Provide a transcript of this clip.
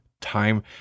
time